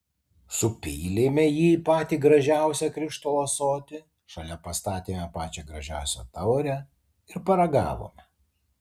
supylėme jį į patį gražiausią krištolo ąsotį šalia pastatėme pačią gražiausią taurę ir paragavome